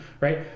right